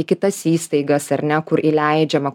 į kitas įstaigas ar ne kur įleidžiama